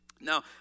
Now